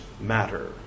matter